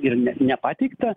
ir ne nepateikta